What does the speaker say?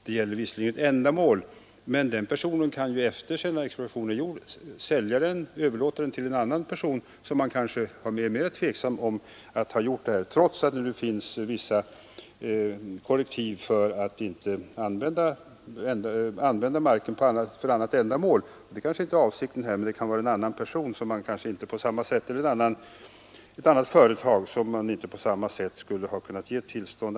Det gäller visserligen ett ändamål, men denne person kan sedan expropriationen är gjord överlåta den till en annan person som man kanske är mera tveksam om trots att det finns vissa korrektiv för att inte använda marken för annat ändamål. Det kanske inte är avsikten här, men det kan vara en annan person eller ett annat företag som man annars inte på samma sätt skulle ha kunnat ge tillstånd.